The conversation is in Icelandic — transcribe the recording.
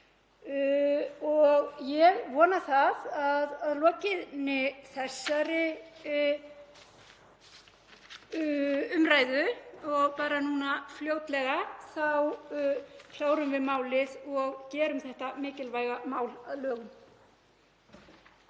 Ég vona það að að lokinni þessari umræðu og bara núna fljótlega þá klárum við málið og gerum þetta mikilvæga mál að lögum.